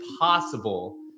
possible